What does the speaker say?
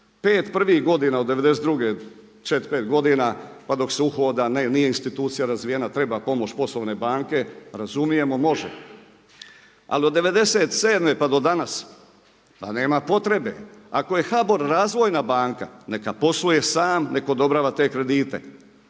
prvih godina od '92., četiri, pet godina pa dok se ne uhoda, nije institucija razvijena, treba pomoć poslovne banke, razumijemo, može. Ali od '97. pa do danas pa nema potrebe. Ako je HBOR razvojna banka neka posluje sam, nek' odobrava te kredite.